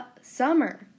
summer